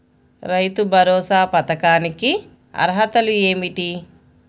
రైతు భరోసా పథకానికి అర్హతలు ఏమిటీ?